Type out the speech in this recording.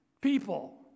people